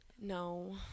No